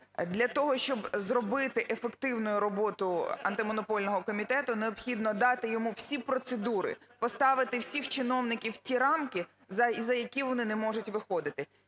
для того, щоб зробити ефективною роботу Антимонопольного комітету, необхідно дати йому всі процедури, поставити всіх чиновників в ті рамки, за які вони не можуть виходити.